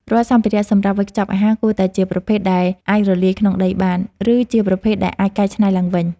រាល់សម្ភារៈសម្រាប់វេចខ្ចប់អាហារគួរតែជាប្រភេទដែលអាចរលាយក្នុងដីបាន ឬជាប្រភេទដែលអាចកែច្នៃឡើងវិញ។